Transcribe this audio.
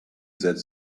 that